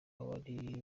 wari